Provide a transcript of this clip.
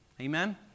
Amen